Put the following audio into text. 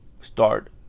Start